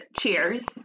cheers